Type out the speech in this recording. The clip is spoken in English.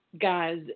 guys